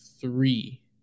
three